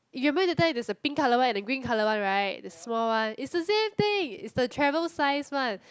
you remember that time there is a pink colour one and a green colour one right the small one it's the same thing it's the travel size one